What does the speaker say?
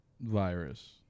Virus